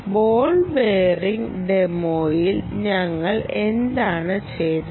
ball bearing ഡെമോയിൽ ഞങ്ങൾ എന്താണ് ചെയ്തത്